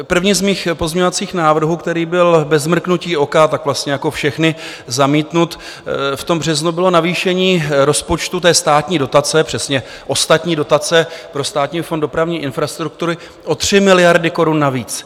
První z mých pozměňovacích návrhů, který byl bez mrknutí oka, jako vlastně všechny, zamítnut v tom březnu, bylo navýšení rozpočtu státní dotace, přesně Ostatní dotace, pro Státní fond dopravní infrastruktury o 3 miliardy korun navíc.